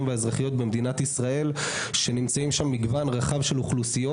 והאזרחיות במדינת ישראל שנמצאים שם מגוון רחב של אוכלוסיות.